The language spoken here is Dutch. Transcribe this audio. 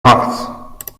hard